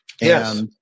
Yes